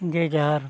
ᱡᱮ ᱡᱟᱦᱟᱨ